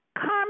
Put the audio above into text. come